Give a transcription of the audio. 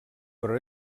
però